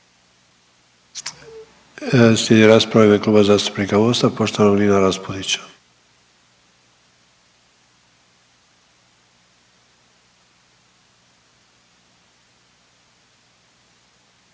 Slijedi rasprava Kluba zastupnika Mosta, poštovanog Nina Raspudića.